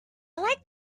like